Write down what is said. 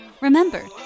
Remember